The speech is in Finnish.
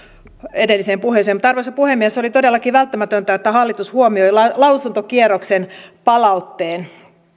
edelliseen puheeseen arvoisa puhemies oli todellakin välttämätöntä että hallitus huomioi lausuntokierroksen palautteen